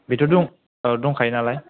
बेथ' दं दंखायो नालाय